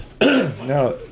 Now